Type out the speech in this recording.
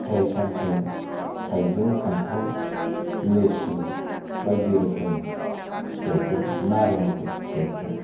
फिथाइ सामथाइ थाइजौ खान्थाल लेसु बायदि रोखोम फिथाइखौ नारेंफोर फिथाइखौ